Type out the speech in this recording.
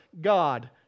God